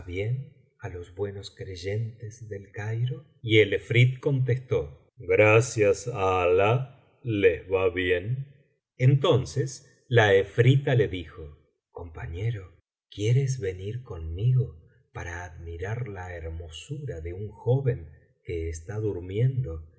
á los buenos creyentes del cairo y el efrit contestó gracias á alah les va bien entonces la efrita le dijo compañero quieres venir conmigo para admirar la hermosura de un joven que está durmiendo